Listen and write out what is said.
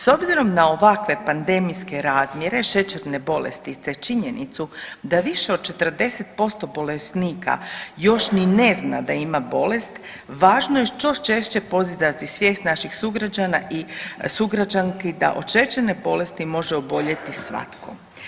S obzirom na ovakve pandemijske razmjere šećerne bolesti, te činjenicu da više od 40% bolesnika još ni ne zna da ima bolest važno je što češće podizati svijest naših sugrađana i sugrađanki da od šećerne bolesti može oboljeti svatko.